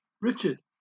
Richard